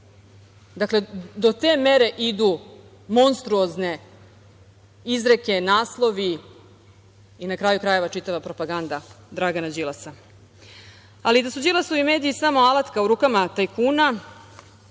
Dakle, do te mere idu monstruozne izreke, naslovi i, na kraju krajeva, čitava propaganda Dragana Đilasa. Da su Đilasovi mediji samo alatka u rukama tajkuna